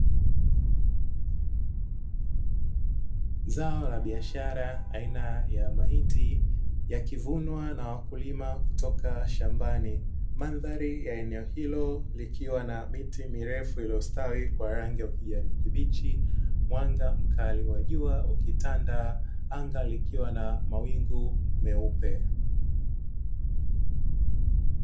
Zao la biashara aina ya mahindi yakivunwa na wakulima kutoka shambani, mandhari ya eneo hilo ikiwa na miti mirefu iliyostawi kwa rangi ya ukijani kibichi mwanga mkali wa jua ukitanda anga likiwa na mawingu meupe.